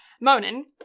Monin